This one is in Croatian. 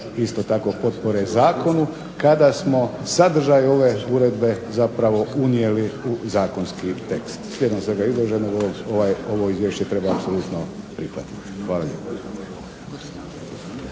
isto tako potpore zakonu kada smo sadržaj ove uredbe zapravo unijeli u zakonski tekst. Slijedom svega izloženog ovo izvješće treba apsolutno prihvatiti. Hvala lijepo.